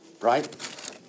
Right